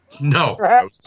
No